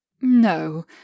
No